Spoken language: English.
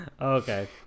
Okay